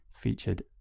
featured